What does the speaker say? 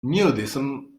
nudism